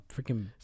freaking